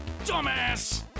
dumbass